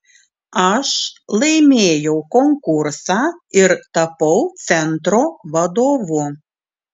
aš laimėjau konkursą ir tapau centro vadovu